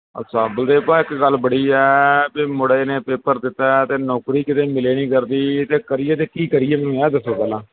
ਅੱਛਾ ਬਲਦੇਵ ਭਰਾ ਇੱਕ ਗੱਲ ਬੜੀ ਹੈ ਵੀ ਮੁੰਡੇ ਨੇ ਪੇਪਰ ਦਿੱਤਾ ਅਤੇ ਨੌਕਰੀ ਕਿਤੇ ਮਿਲੇ ਨਹੀਂ ਕਰਦੀ ਅਤੇ ਕਰੀਏ ਤਾਂ ਕੀ ਕਰੀਏ ਮੈਨੂੰ ਇਹ ਦੱਸੋ ਪਹਿਲਾਂ